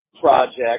project